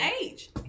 age